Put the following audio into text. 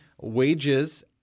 wages